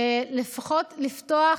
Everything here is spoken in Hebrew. לפחות לפתוח